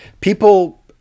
people